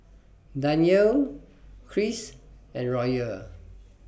Danyelle Kris and Royal